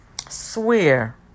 swear